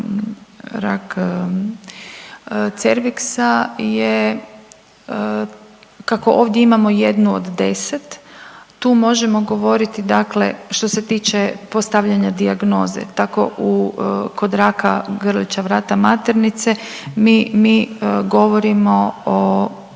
rak cerviksa je kako ovdje imamo jednu od deset, tu možemo govoriti dakle što se tiče postavljanja dijagnoze, tako kod raka grlića vrata maternice mi govorimo o